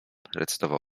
recytował